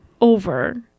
over